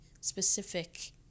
specific